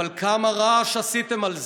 אבל כמה רעש עשיתם על זה,